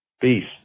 Peace